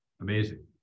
amazing